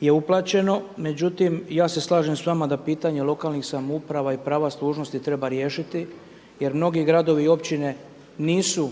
je uplaćeno. Međutim ja se slažem s vama da pitanje lokalnih samouprava i prava služnosti treba riješiti jer mnogi gradovi i općine nemaju